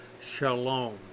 shalom